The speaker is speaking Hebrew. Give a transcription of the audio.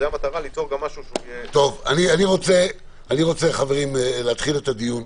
אני רוצה להתחיל את הדיון.